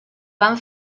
van